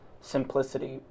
simplicity